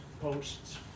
posts